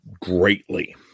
greatly